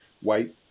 white